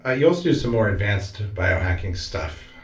ah you also do some more advanced biohacking stuff.